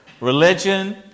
religion